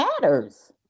matters